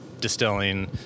Distilling